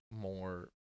more